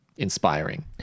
inspiring